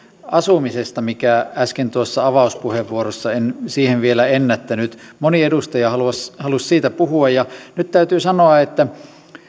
asumisesta mihin äsken tuossa avauspuheenvuorossa en vielä ennättänyt moni edustaja halusi halusi siitä puhua ja nyt täytyy sanoa että